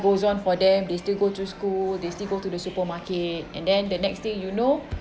goes on for them they still go to school they still go to the supermarket and then the next thing you know